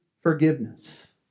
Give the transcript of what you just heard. forgiveness